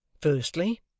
firstly